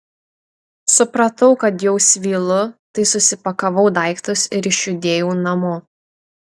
supratau kad jau svylu tai susipakavau daiktus ir išjudėjau namo